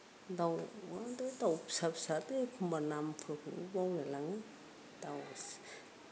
दाउ आरो दाउ फिसा फिसा एखम्बा नामफोरखौनो बावलायलाङो दाउ